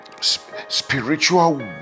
spiritual